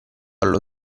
allo